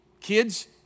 kids